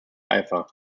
eifer